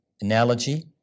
analogy